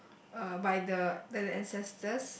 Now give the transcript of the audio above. uh by the the ancestors